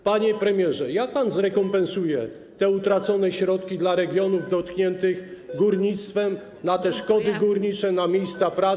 Panie premierze, jak pan zrekompensuje te utracone środki dla regionów dotkniętych górnictwem, na te szkody górnicze, na miejsca pracy.